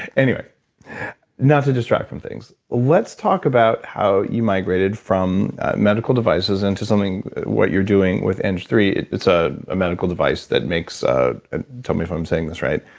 anyway not to distract from things. let's let's talk about how you migrated from medical devices into something, what you're doing with eng three. it's a medical device that makes. ah ah tell me if i'm saying this right.